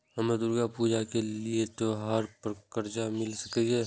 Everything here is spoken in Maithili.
हमरा दुर्गा पूजा के लिए त्योहार पर कर्जा मिल सकय?